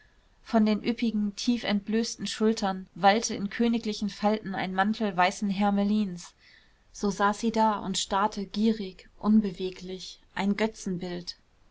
von den üppigen tief entblößten schultern wallte in königlichen falten ein mantel weißen hermelins so saß sie und starrte gierig unbeweglich ein götzenbild